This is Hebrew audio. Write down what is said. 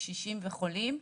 קשישים וחולים,